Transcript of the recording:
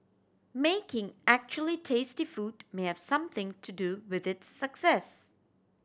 making actually tasty food may have something to do with its success